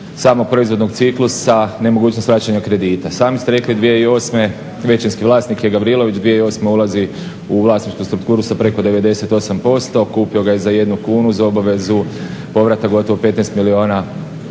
samog proizvodnog ciklusa, nemogućnost vraćanja kredita. Sami ste rekli 2008.većinski vlasnik je Gavrilović, 2008.ulazi u vlasničku strukturu sa preko 98%, kupio je ga je za 1 kunu za obavezu povrata gotovo 15 milijuna